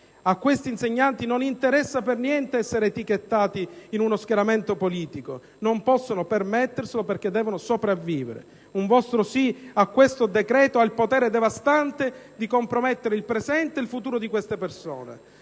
a questi insegnanti non interessa per niente essere etichettati in uno schieramento politico; non possono permetterselo, perché devono sopravvivere. Un vostro sì a questo decreto ha il potere devastante di compromettere il presente e il futuro di queste persone.